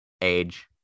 age